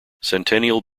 centennial